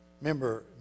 Remember